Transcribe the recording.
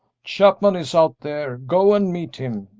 chapman is out there go and meet him.